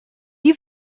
you